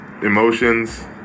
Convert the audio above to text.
emotions